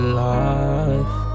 life